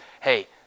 hey